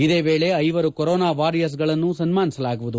ಇದೇ ವೇಳೆ ಐವರು ಕೊರೋನಾ ವಾರಿಯರ್ಸ್ನ್ನು ಸನ್ಮಾನಿಸಲಾಗುವುದು